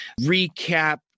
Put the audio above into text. recap